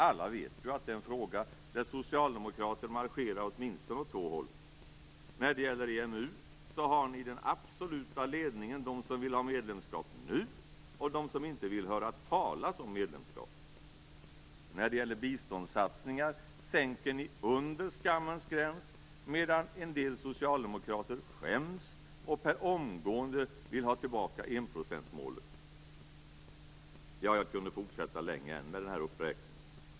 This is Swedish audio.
Alla vet ju att det är en fråga där socialdemokrater marscherar åtminstone åt två håll. När det gäller EMU finns det i den absoluta ledningen de som vill ha medlemskap nu och de som inte vill höra talas om medlemskap. När det gäller biståndssatsningar sänker ni under "skammens gräns", medan en del socialdemokrater skäms och per omgående vill ha tillbaka enprocentsmålet. Jag skulle kunna fortsätta länge än med den här uppräkningen.